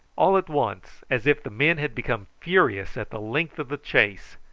all at once, as if the men had become furious at the length of the chase,